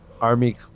army